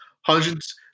Hundreds